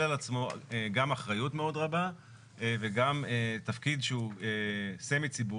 על עצמו גם אחריות רבה וגם תפקיד שהוא סמי-ציבורי,